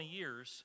years